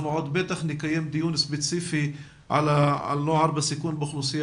אנחנו נקיים דיון ספציפי על נוער בסיכון באוכלוסייה